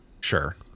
sure